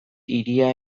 hiria